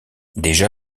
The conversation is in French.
déjà